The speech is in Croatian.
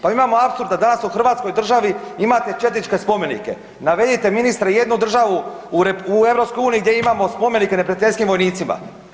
Pa imamo apsurd da danas u hrvatskoj državi imate četničke spomenike, navedite ministre jednu državu u EU-u gdje imamo spomenike neprijateljskim vojnicima.